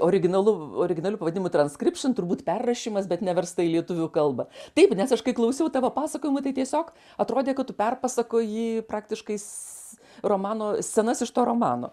originalu originaliu pavadinimu transkripšin turbūt perrašymas bet neversta į lietuvių kalbą taip nes aš kai klausiau tavo pasakojimo tai tiesiog atrodė kad tu perpasakoji praktiškais romano scenas iš to romano